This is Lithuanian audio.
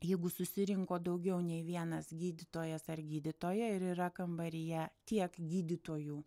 jeigu susirinko daugiau nei vienas gydytojas ar gydytoja ir yra kambaryje tiek gydytojų